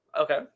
Okay